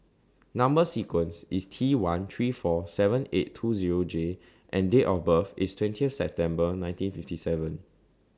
Number sequence IS T one three four seven eight two Zero J and Date of birth IS twenty September nineteen fifty seven